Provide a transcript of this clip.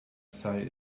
say